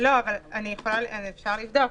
לא, אבל אפשר לבדוק.